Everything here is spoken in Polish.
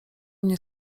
mnie